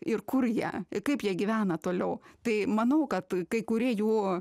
ir kur jie kaip jie gyvena toliau tai manau kad kai kurie jų